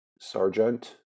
Sergeant